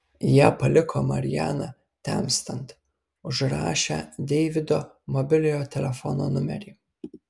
jie paliko marianą temstant užrašę deivido mobiliojo telefono numerį